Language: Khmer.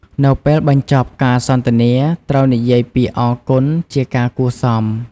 នៅពេលបញ្ចប់ការសន្ទនា ត្រូវនិយាយពាក្យ "អរគុណ" ជាការគួរសម។